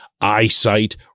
eyesight